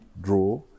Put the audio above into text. draw